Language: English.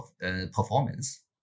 performance